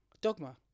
Dogma